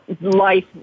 life